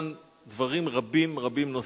אדוני היושב-ראש,